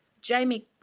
Jamie